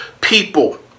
people